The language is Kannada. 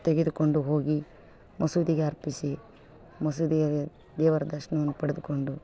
ತೆಗೆದುಕೊಂಡು ಹೋಗಿ ಮಸೀದಿಗೆ ಅರ್ಪಿಸಿ ಮಸೀದಿಯಲ್ಲಿ ದೇವರ ದರ್ಶನವನ್ನು ಪಡೆದುಕೊಂಡು